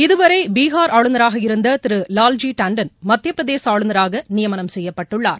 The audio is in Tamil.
இதுவரை பீகார் ஆளுநராக இருந்த திரு லால்ஜி டான்டன் மத்தியப்பிரதேச ஆளுநராக நியமனம் செய்யப்பட்டுள்ளார்